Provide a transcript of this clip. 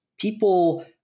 people